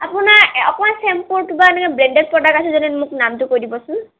আপোনাৰ অকণমান চেম্পুৰ কিবা এনেকৈ ব্ৰেণ্ডেড প্ৰডাক্ট আছে যদি মোক নামটো কৈ দিবচোন